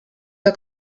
der